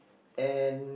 and